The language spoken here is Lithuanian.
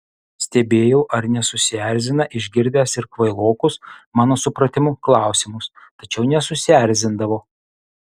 stebėjau ar nesusierzina išgirdęs ir kvailokus mano supratimu klausimus tačiau nesusierzindavo